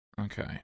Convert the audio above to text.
Okay